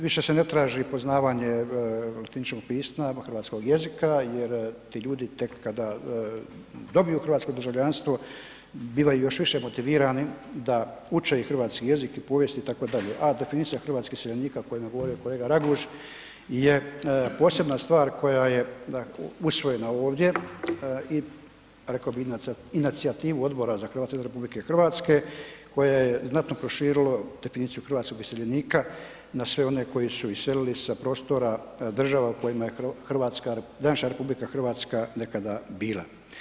Više se ne traži poznavanje latiničnog pisma, hrvatskog jezika jer ti ljudi tek kada dobiju hrvatsko državljanstvo, bivaju još više motivirani da uče hrvatski jezik i povijest itd. a definicija hrvatskih iseljenika o kojima je govorio kolega Raguž je posebna stvar koja je usvojena ovdje i rekao bi na inicijativu Odbora za Hrvate izvan RH koja je znatno proširilo definiciju hrvatskih iseljenika na sve one koji su iselili sa prostora država u kojima je naša RH nekada bila.